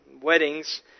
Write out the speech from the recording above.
weddings